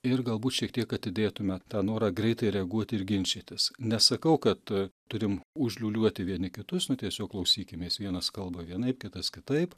ir galbūt šiek tiek atidėtume tą norą greitai reaguoti ir ginčytis nesakau kad turim užliūliuoti vieni kitus nu tiesiog klausykimės vienas kalba vienaip kitas kitaip